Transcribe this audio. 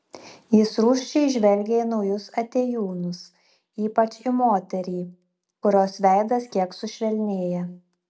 jis rūsčiai žvelgia į naujus atėjūnus ypač į moterį kurios veidas kiek sušvelnėja